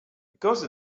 because